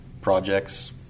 projects